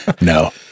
No